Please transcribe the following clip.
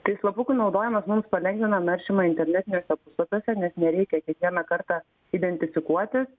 tai slapukų naudojimas mums palengvina naršymą internetiniuose puslapiuose nes nereikia kiekvieną kartą identifikuotis